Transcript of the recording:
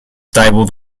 stable